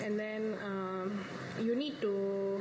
and then um you need to